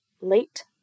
late